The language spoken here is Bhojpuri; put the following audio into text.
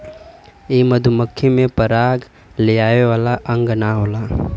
इ मधुमक्खी में पराग लियावे वाला अंग ना होला